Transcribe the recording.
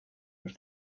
los